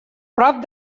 prop